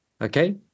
okay